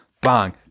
bang